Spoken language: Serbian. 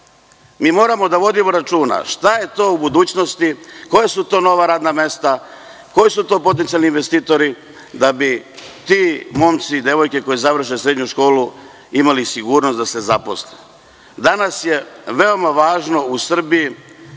Moramo da vodimo računa šta je to u budućnosti, koja su to nova radna mesta, koji su to potencijalni investitori da bi ti momci i devojke koji završe srednju školu imali sigurnost da se zaposle. Danas je veoma važno u Srbiji